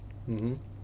mmhmm